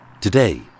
Today